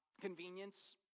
Convenience